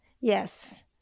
Yes